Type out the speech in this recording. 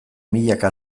milaka